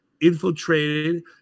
infiltrated